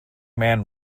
man